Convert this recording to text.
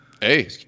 Hey